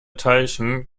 teilchen